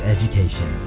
Education